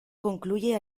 concluye